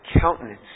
countenance